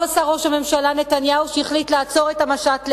טוב עשה ראש הממשלה נתניהו שהחליט לעצור את המשט לעזה,